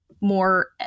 more